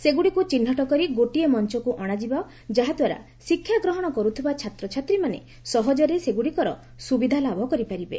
ସେଗୁଡ଼ିକୁ ଚିହ୍ନଟ କରି ଗୋଟିଏ ମଞ୍ଚକୁ ଅଶାଯିବ ଯାହାଦ୍ୱାରା ଶିକ୍ଷାଗ୍ରହଣ କରୁଥିବା ଛାତ୍ରଛାତ୍ରୀମାନେ ସହଜରେ ସେଗୁଡ଼ିକର ସୁବିଧା ଲାଭ କରିପାରିବେ